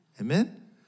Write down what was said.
Amen